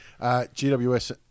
GWS